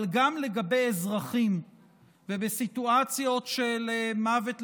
אבל גם לגבי אזרחים ובסיטואציות של מוות,